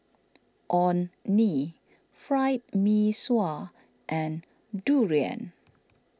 Orh Nee Fried Mee Sua and Durian